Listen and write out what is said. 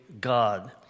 God